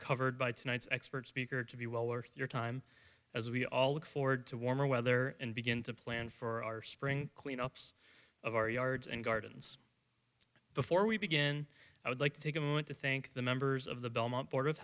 covered by tonight's expert speaker to be well worth your time as we all look forward to warmer weather and begin to plan for our spring clean ups of our yards and gardens before we begin i would like to take a moment to thank the members of the belmont board of